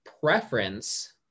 preference